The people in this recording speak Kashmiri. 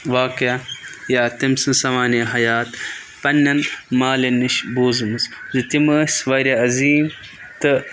واقعہ یا تٔمۍ سٕنٛز سَوانِ حیات پنٛنٮ۪ن مالٮ۪ن نِش بوٗزمٕژ زِ تِم ٲسۍ واریاہ عظیٖم تہٕ